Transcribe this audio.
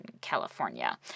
California